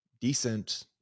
decent